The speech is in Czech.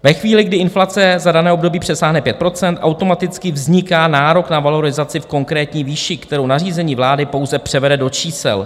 Ve chvíli, kdy inflace za dané období přesáhne 5 %, automaticky vzniká nárok na valorizaci v konkrétní výši, kterou nařízení vlády pouze převede do čísel.